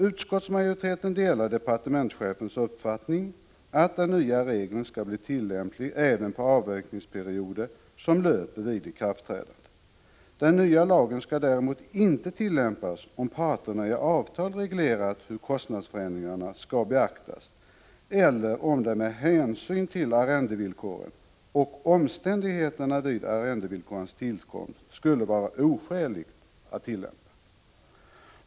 Utskottsmajoriteten delar departementschefens uppfattning att den nya regeln skall bli tillämplig även på avräkningsperioder som löper vid ikraftträdandet. Den nya lagen skall däremot inte tillämpas om parterna i avtal reglerat hur kostnadsförändringarna skall beaktas eller om det med hänsyn till arrendevillkoren och omständigheterna vid arrendevillkorens tillkomst skulle vara oskäligt att tillämpa den.